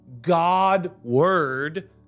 God-word